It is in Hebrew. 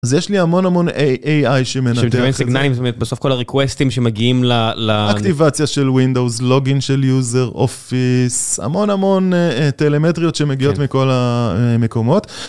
אז יש לי המון המון AI שמנתח את זה. בסוף כל הרקווסטים שמגיעים ל... אקטיבציה של Windows, Login של User, Office, המון המון טלמטריות שמגיעות מכל המקומות.